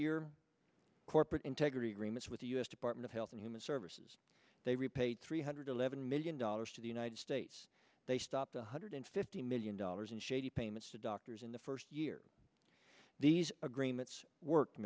your corporate integrity agreement with the u s department of health and human services they repaid three hundred eleven million dollars to the united states they stopped one hundred fifty million dollars in shady payments to doctors in the first year these agreements work